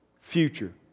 future